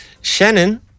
Shannon